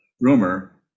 rumor